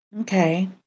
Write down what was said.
Okay